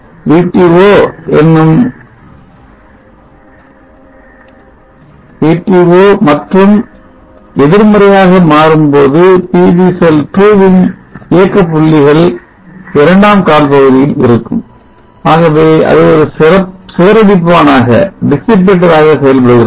VT 0 மற்றும் எதிர்மறையாக மாறும்பொழுது PV செல் 2 ன் இயக்க புள்ளிகள் இரண்டாம் கால் பகுதியில் இருக்கும் ஆகவே அது ஒரு சிதறடிப்பானாக செயல்படுகிறது